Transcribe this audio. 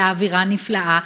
על האווירה הנפלאה,